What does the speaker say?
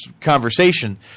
conversation –